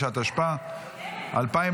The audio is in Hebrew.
39) התשפ"ה 2025,